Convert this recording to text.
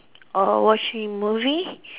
or watching movie